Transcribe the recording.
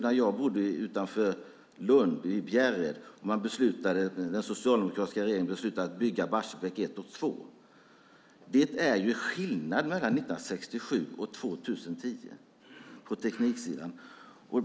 Då bodde jag utanför Lund, i Bjärred, och den socialdemokratiska regeringen beslutade att bygga Barsebäck 1 och 2. Det är skillnad på tekniksidan mellan 1967 och 2010.